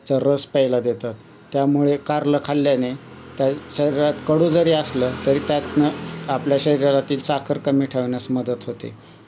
चा रस प्यायला देतात त्यामुळे कारलं खाल्ल्याने त्या शरीरात कडू जरी असलं तरी त्यातून आपल्या शरीरातील साखर कमी ठेवण्यास मदत होते